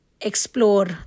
explore